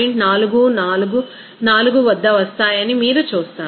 444 వద్ద వస్తాయని మీరు చూస్తారు